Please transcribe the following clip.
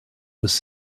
was